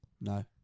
No